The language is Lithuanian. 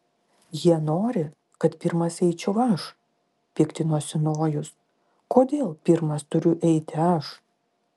jie nori kad pirmas eičiau aš piktinosi nojus kodėl pirmas turiu eiti aš